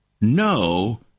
no